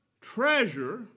treasure